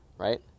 right